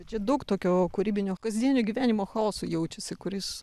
čia daug tokio kūrybinio kasdienio gyvenimo chaoso jaučiasi kuris